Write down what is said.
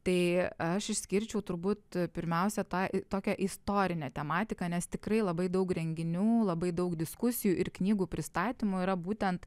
tai aš išskirčiau turbūt pirmiausia tą tokią istorinę tematiką nes tikrai labai daug renginių labai daug diskusijų ir knygų pristatymų yra būtent